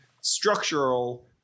structural